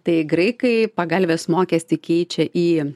tai graikai pagalvės mokestį keičia į